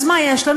אז מה יש לנו?